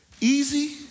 Easy